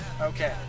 Okay